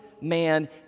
man